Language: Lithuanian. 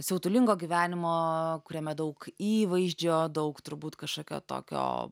siautulingo gyvenimo kuriame daug įvaizdžio daug turbūt kažkokio tokio